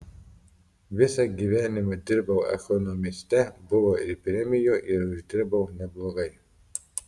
visą gyvenimą dirbau ekonomiste buvo ir premijų ir uždirbau neblogai